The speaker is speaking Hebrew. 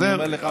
אני אומר לך מה,